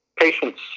Patients